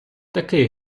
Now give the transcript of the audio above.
такий